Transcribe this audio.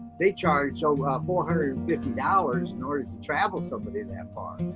they charge over ah four hundred and fifty dollars in order to travel somebody that far.